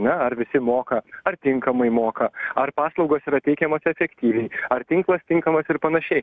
ne ar visi moka ar tinkamai moka ar paslaugos yra teikiamos efektyviai ar tinklas tinkamas ir panašiai